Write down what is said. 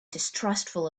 distrustful